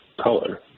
color